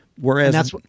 Whereas